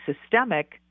systemic